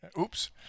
Oops